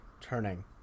turning